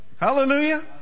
Hallelujah